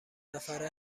نفره